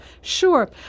Sure